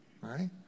right